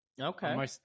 Okay